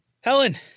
Helen